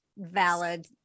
Valid